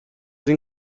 این